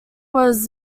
was